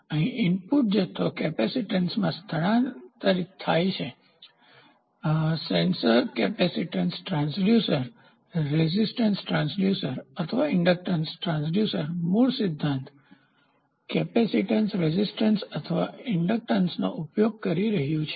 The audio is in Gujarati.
અહીં ઇનપુટ જથ્થો કેપેસિટેન્સમાં સ્થાનાંતરિત થાય છે sensor capacitance transducer resistance transducer અથવા ઇન્ડક્ટન્સ ટ્રાંસડ્યુસર મૂળ સિદ્ધાંત કેપેસિટીન્સ રેઝિસ્ટન્સ અથવા ઇન્ડક્ટન્સનો ઉપયોગ કરી રહ્યું છે